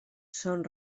són